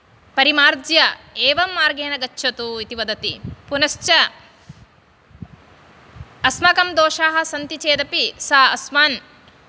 परिमार्ज्य एवं मार्गेण गच्छतु इति वदति पुनश्च अस्माकं दोषाः सन्ति चेदपि सा अस्मान्